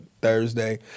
Thursday